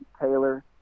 Taylor